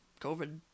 COVID